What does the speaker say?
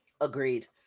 Agreed